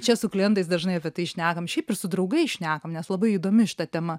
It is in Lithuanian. čia su klientais dažnai apie tai šnekam šiaip ir su draugais šnekam nes labai įdomi šita tema